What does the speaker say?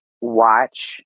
watch